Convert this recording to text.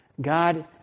God